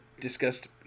discussed